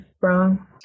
wrong